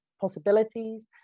possibilities